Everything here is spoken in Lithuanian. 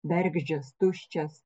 bergždžias tuščias